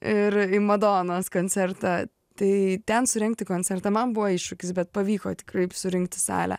ir madonos koncertą tai ten surengti koncertą man buvo iššūkis bet pavyko tikrai surinkti salę